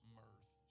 mirth